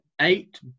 eight